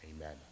amen